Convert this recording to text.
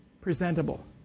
presentable